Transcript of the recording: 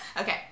Okay